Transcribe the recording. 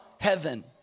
heaven